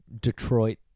Detroit